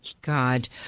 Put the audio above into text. God